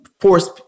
force